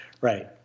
right